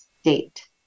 state